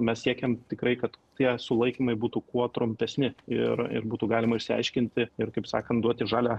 mes siekėm tikrai kad tie sulaikymai būtų kuo trumpesni ir ir būtų galima išsiaiškinti ir kaip sakant duoti žalią